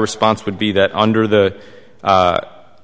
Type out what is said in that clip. response would be that under the